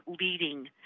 leading